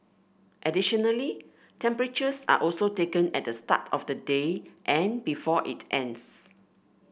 additionally temperatures are also taken at the start of the day and before it ends